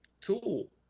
tool